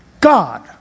God